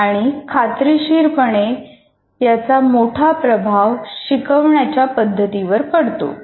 आणि खात्रीशीरपणे याचा मोठा प्रभाव शिकवण्याच्या पद्धतींवर पडतो